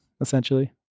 essentially